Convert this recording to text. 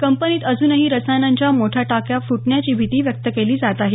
कंपनीत अजूनही रसायनांच्या मोठ्या टाक्या फूटण्याची भिती व्यक्त केली जात आहे